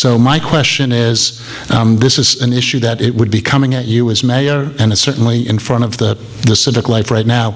so my question is this is an issue that it would be coming at you as mayor and certainly in front of the the civic life right now